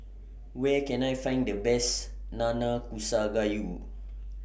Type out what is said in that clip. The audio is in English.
Where Can I Find The Best Nanakusa Gayu